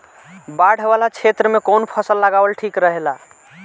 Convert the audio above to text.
बाढ़ वाला क्षेत्र में कउन फसल लगावल ठिक रहेला?